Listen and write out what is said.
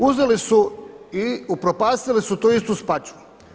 Uzeli su i upropastili su tu istu Spačvu.